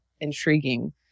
intriguing